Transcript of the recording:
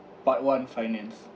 part one finance